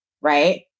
right